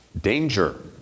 danger